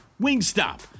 Wingstop